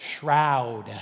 shroud